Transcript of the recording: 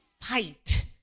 fight